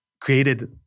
created